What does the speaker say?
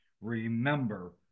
Remember